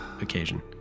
occasion